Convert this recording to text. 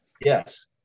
Yes